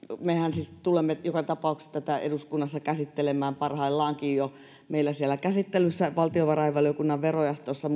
mehän siis tulemme joka tapauksessa tätä eduskunnassa käsittelemään jo parhaillaankin on meillä siellä valtiovarainvaliokunnan verojaostossa